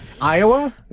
Iowa